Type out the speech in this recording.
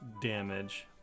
damage